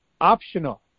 optional